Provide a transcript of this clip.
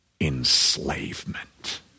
enslavement